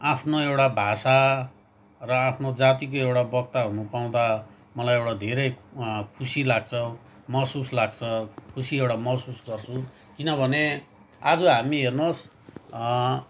आफ्नो एउटा भाषा र आफ्नो जातिको एउटा वक्ता हुनपाउँदा मलाई एउटा धेरै खुसी लाग्छ महसुस लाग्छ खुसी एउटा महसुस गर्छु किनभने आज हामी हेर्नुहोस्